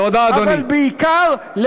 אבל בעיקר,